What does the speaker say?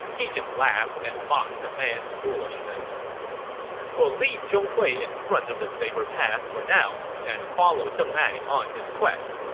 he just laughed and mocked the man's foolishness we'll leave zhong hui in front of the saber pass for now and follow deng ai on his quest.